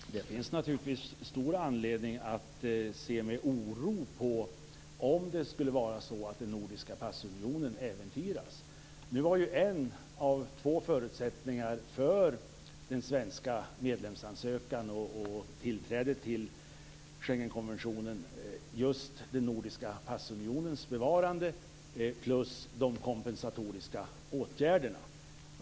Fru talman! Det finns naturligtvis stor anledning att se med oro på om det skulle vara så att den nordiska passunionen äventyras. En av två förutsättningar för den svenska medlemskapsansökan och tillträdet till Schengenkonventionen var just den nordiska passunionens bevarande plus de kompensatoriska åtgärderna.